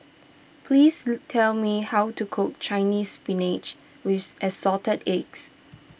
please tell me how to cook Chinese Spinach with Assorted Eggs